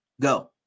go